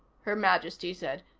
her majesty said.